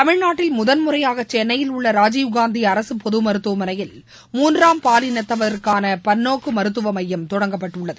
தமிழ்நாட்டில் முதன்முறையாக சென்னையில் உள்ள ராஜீவ் காந்தி அரசு பொது மருத்துவமனையில் மூன்றாம் பாலினத்தவருக்கான பன்னோக்கு மருத்துவ மையம் தொடங்கப்பட்டுள்ளது